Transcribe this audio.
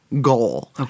goal